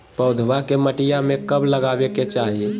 पौधवा के मटिया में कब लगाबे के चाही?